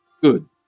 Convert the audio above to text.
Good